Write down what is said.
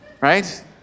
Right